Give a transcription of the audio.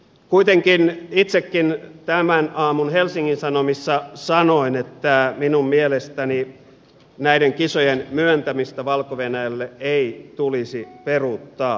kuitenkin itsekin tämän aamun helsingin sanomissa sanoin että minun mielestäni näiden kisojen myöntämistä valko venäjälle ei tulisi peruuttaa